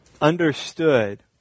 understood